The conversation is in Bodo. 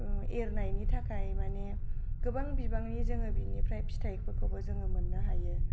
एरनायनि थाखाय मानि गोबां बिबांनि जोङो बिनिफ्राइ फिथाइफोरखौबो जोङो मोननो हायो